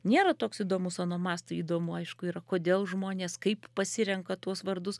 nėra toks įdomus onomastui įdomu aišku yra kodėl žmonės kaip pasirenka tuos vardus